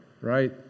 right